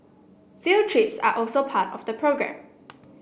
field trips are also part of the programme